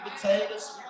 potatoes